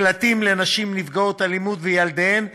מקלטים לנשים נפגעות אלימות וילדיהן,